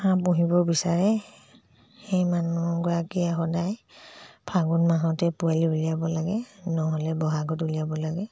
হাঁহ পুহিব বিচাৰে সেই মানুহগৰাকীয়ে সদায় ফাগুণ মাহঁতে পোৱালি উলিয়াব লাগে নহ'লে বহাগত উলিয়াব লাগে